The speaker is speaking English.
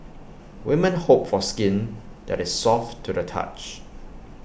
women hope for skin that is soft to the touch